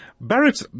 Barrett